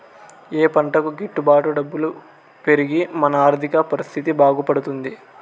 ఏ పంటకు గిట్టు బాటు డబ్బులు పెరిగి మన ఆర్థిక పరిస్థితి బాగుపడుతుంది?